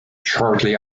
shortly